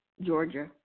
Georgia